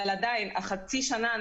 אבל אנחנו עדיין צריכים את החצי שנה.